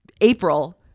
april